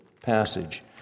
passage